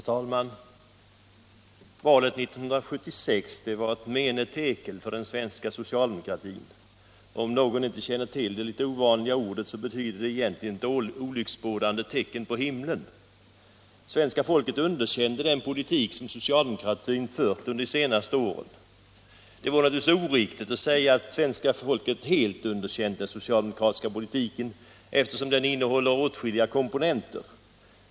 Herr talman! Valet 1976 var ett mene tekel för den svenska socialdemokratin. Om någon inte känner till det litet ovanliga ordet, så vill jag nämna att det egentligen betyder ett olycksbådande tecken. Svenska folket underkände den politik som socialdemokratin fört under de senaste åren. Det vore oriktigt att säga att svenska folket helt underkänt den socialdemokratiska politiken, eftersom den innehåller åtskilliga komponenter.